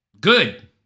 Good